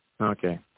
Okay